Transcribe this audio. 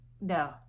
no